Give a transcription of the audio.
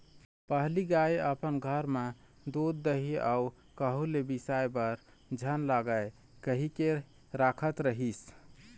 पहिली गाय अपन घर बर दूद, दही अउ कहूँ ले बिसाय बर झन लागय कहिके राखत रिहिस